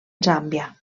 zàmbia